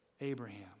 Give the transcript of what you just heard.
Abraham